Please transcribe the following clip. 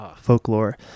Folklore